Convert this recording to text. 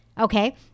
Okay